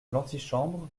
l’antichambre